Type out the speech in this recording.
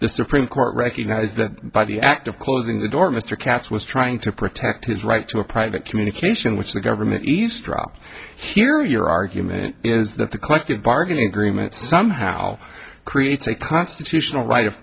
the supreme court recognizes that by the act of closing the door mr katz was trying to protect his right to a private communication which the government eavesdropping here your argument is that the collective bargaining agreement somehow creates a constitutional right of